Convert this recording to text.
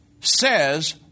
says